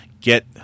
get